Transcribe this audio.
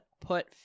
put